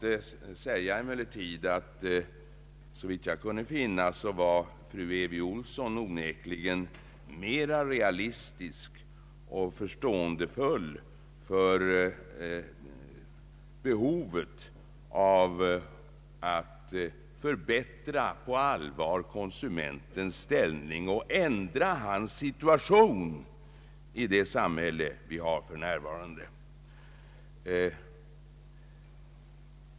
Enligt min mening var fru Elvy Olsson onekligen mer realistisk och hyste större förståelse för behovet av att på allvar förbättra konsumentens ställning och ändra hans situation i det nuvarande samhället.